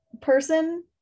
person